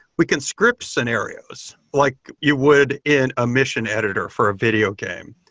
we can script scenarios like you would in a mission editor for a video game,